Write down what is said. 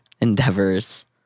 endeavors